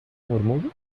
murmullo